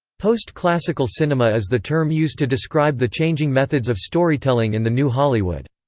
post-classical cinema is the term used to describe the changing methods of storytelling in the new hollywood.